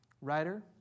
writer